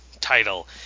title